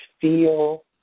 feel